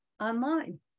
online